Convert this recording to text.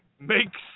Makes